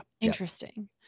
interesting